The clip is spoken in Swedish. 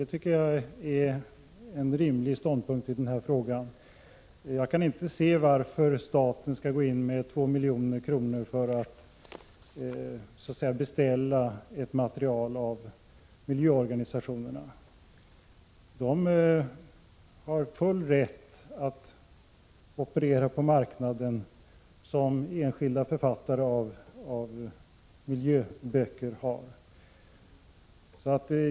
Jag tycker det är en rimlig ståndpunkt i denna fråga. Jag kan inte se varför staten skall gå in med 2 milj.kr. för att beställa ett material av miljöorganisationerna. De har full rätt att operera på marknaden, på samma sätt som enskilda författare av miljöböcker har det.